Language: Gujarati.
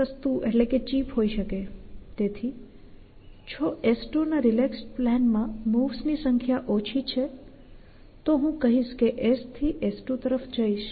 તેથી જો S2 ના રિલેક્સ્ડ પ્લાન માં મૂવ્સ ની સંખ્યા ઓછી છે તો હું કહીશ કે હું S થી S2 તરફ જઈશ